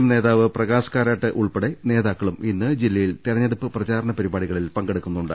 M നേതാവ് പ്രകാശ് കാരാട്ട് ഉൾപ്പെടെ നേതാക്കളും ഇന്ന് ജില്ലയിൽ തെരഞ്ഞെടുപ്പ് പ്രചാ രണ പരിപാടികളിൽ പങ്കെടുക്കുന്നുണ്ട്